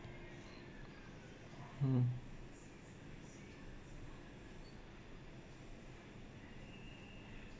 mm